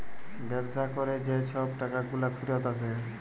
ব্যবসা ক্যরে যে ছব টাকাগুলা ফিরত আসে